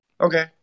okay